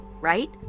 right